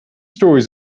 stories